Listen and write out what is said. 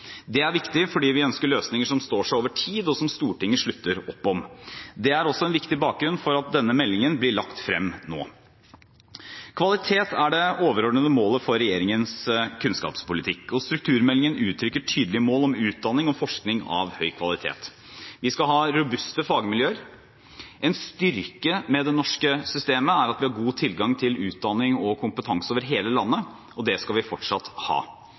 Det er viktig, fordi vi ønsker løsninger som står seg over tid, og som Stortinget slutter opp om. Det er også en viktig bakgrunn for at denne meldingen blir lagt frem nå. Kvalitet er det overordnede målet for regjeringens kunnskapspolitikk, og strukturmeldingen uttrykker tydelige mål om utdanning og forskning av høy kvalitet. Vi skal ha robuste fagmiljøer. En styrke med det norske systemet er at vi har god tilgang til utdanning og kompetanse over hele landet, og det skal vi fortsatt ha.